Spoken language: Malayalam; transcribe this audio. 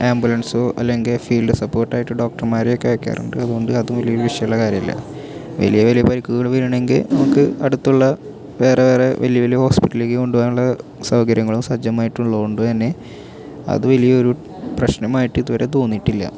ആംബുലൻസ് അല്ലെങ്കിൽ ഫീൽഡ് സപ്പോർട്ടായിട്ട് ഡോക്ടർമാർ ഒക്കെ അയക്കാറുണ്ട് അതുകൊണ്ട് അതും ഒരു വിഷയമുള്ള കാര്യമല്ല വലിയ വലിയ പരിക്കുകൾ വരണെങ്കിൽ നമുക്ക് അടുത്തുള്ള വേറെ വേറെ വലിയ വലിയ ഹോസ്പിറ്റലേക്ക് കൊണ്ട് പോകാനുള്ള സൗകര്യങ്ങലും സജ്ജമായിട്ടുള്ളത് കൊണ്ട് തന്നെ അത് വലിയൊരു പ്രശ്നമായിട്ട് ഇതുവരെ തോന്നിയിട്ടില്ല